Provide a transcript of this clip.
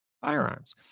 firearms